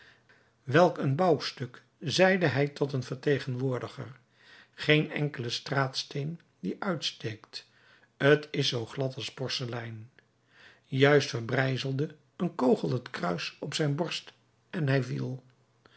welk een bouwstuk zeide hij tot een vertegenwoordiger geen enkele straatsteen die uitsteekt t is zoo glad als porselein juist verbrijzelde een kogel het kruis op zijn borst en hij viel